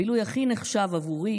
הבילוי הכי נחשב עבורי